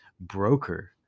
broker